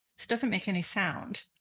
this doesn't make any sound.